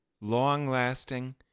long-lasting